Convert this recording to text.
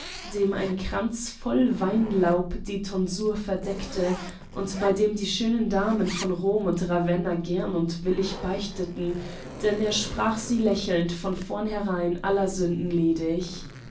dem ein kranz voll weinlaub die tonsur verdeckte und bei dem die schönen damen von rom und ravenna gern und willig beichteten denn er sprach sie lächelnd von vornherein aller sünden ledig